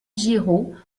giraud